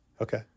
okay